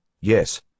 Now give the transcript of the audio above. Yes